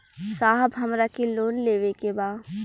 साहब हमरा के लोन लेवे के बा